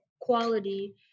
quality